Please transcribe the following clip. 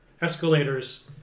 escalators